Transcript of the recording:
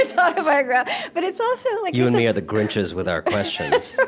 it's autobiographical. but it's also, you and me are the grinches with our questions that's